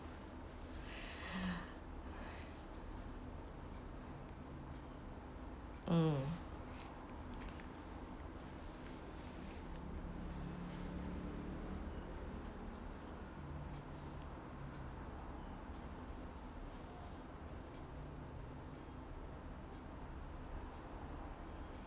mm